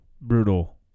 Brutal